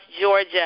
Georgia